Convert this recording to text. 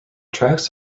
tracks